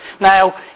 Now